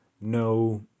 no